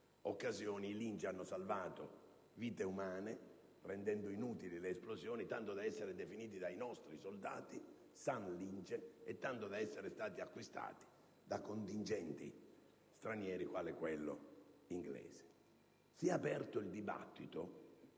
occasioni, i Lince hanno salvato vite umane rendendo inutili le esplosioni, tanto da essere definiti dai nostri soldati «San Lince» e tanto da essere stati acquistati da contingenti stranieri, quali quello inglese. Si è aperto il dibattito